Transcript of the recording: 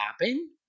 happen